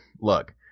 look